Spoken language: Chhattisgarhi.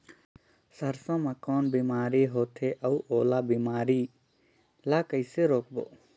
सरसो मा कौन बीमारी होथे अउ ओला बीमारी ला कइसे रोकबो?